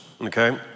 Okay